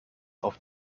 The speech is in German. auf